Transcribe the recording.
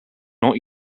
not